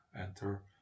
enter